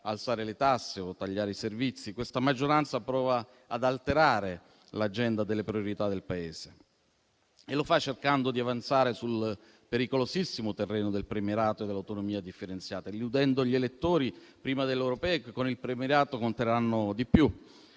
alzare le tasse o tagliare i servizi, questa maggioranza prova ad alterare l'agenda delle priorità del Paese. E lo fa cercando di avanzare sul pericolosissimo terreno del premierato e dell'autonomia differenziata, illudendo gli elettori prima delle europee che con il premierato conteranno di più.